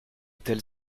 tels